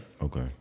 Okay